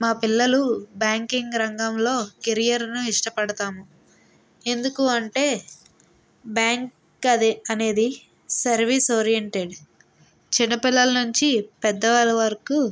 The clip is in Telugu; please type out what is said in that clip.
మా పిల్లలు బ్యాంకింగ్ రంగంలో కెరియర్ను ఇష్టపడతాము ఎందుకు అంటే బ్యాంక్ అదే అనేది సర్వీస్ ఓరిఎంటెడ్ చిన్నపిల్లల నుంచి పెద్దవాళ్ళ వరకు